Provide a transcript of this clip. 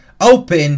open